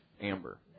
Amber